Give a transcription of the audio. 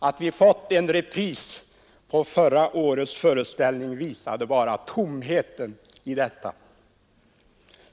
Att vi har fått en repris på förra årets föreställning visar bara tomheten i angreppet.